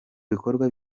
bikorwa